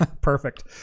Perfect